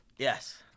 Yes